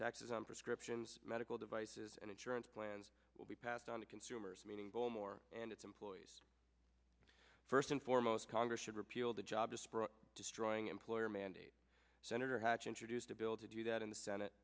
taxes on prescriptions medical devices and insurance plans will be passed on to consumers meaning bullmore and its employees first and foremost congress should repeal the job despite destroying employer mandate senator hatch introduced a bill to do that in the senate